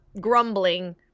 grumbling